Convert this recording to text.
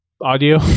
audio